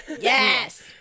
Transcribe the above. Yes